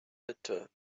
bitter